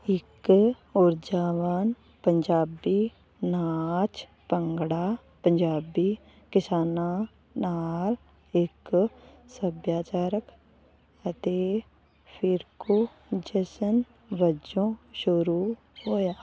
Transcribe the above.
ਇੱਕ ਊਰਜਾਵਾਨ ਪੰਜਾਬੀ ਨਾਚ ਭੰਗੜਾ ਪੰਜਾਬੀ ਕਿਸਾਨਾਂ ਨਾਲ ਇੱਕ ਸੱਭਿਆਚਾਰਕ ਅਤੇ ਫਿਰਕੂ ਜਸ਼ਨ ਵਜੋਂ ਸ਼ੁਰੂ ਹੋਇਆ